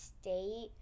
state